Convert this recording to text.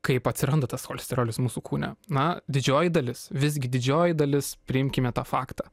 kaip atsiranda tas cholesterolis mūsų kūne na didžioji dalis visgi didžioji dalis priimkime tą faktą